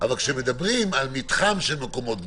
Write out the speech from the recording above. כשמדברים על מתחם של מקומות קדושים,